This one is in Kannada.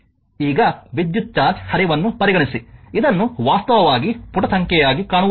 ಈಗ ವಿದ್ಯುತ್ ಚಾರ್ಜ್ ಹರಿವನ್ನು ಪರಿಗಣಿಸಿ ಇದನ್ನು ವಾಸ್ತವವಾಗಿ ಪುಟ ಸಂಖ್ಯೆಯಾಗಿ ಕಾಣುವುದಿಲ್ಲ